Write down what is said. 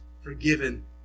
forgiven